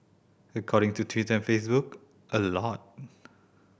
according to Twitter and Facebook a lot